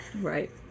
Right